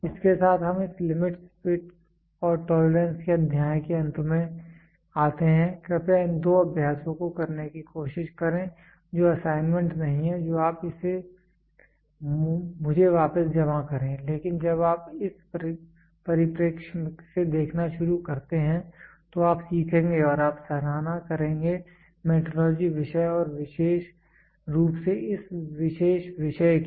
इसके साथ हम इस लिमिटस् फिटस् और टोलरेंस के अध्याय के अंत में आते हैं कृपया इन दो अभ्यासों को करने की कोशिश करें जो असाइनमेंट नहीं हैं जो आप इसे मुझे वापस जमा करें लेकिन जब आप इस परिप्रेक्ष्य से देखना शुरू करते हैं तो आप सीखेंगे और आप सराहना करेंगे मेट्रोलॉजी विषय और विशेष रूप से इस विशेष विषय की